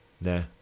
nah